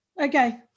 Okay